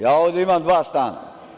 Ja ovde imam dva stana.